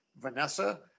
Vanessa